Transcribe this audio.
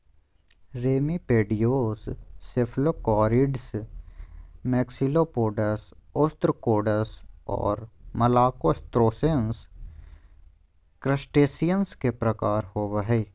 remipedes, cephalocarids, maxillopods, ostracods, और malacostracans, crustaceans के प्रकार होव हइ